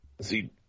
See